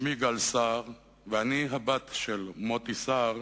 שמי גל סער ואני הבת של מוטי סער,